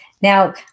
Now